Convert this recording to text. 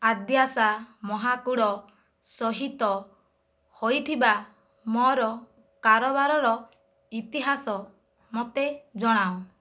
ଆଦ୍ୟାଶା ମହାକୁଡ଼ ସହିତ ହୋଇଥିବା ମୋର କାରବାରର ଇତିହାସ ମୋତେ ଜଣାଅ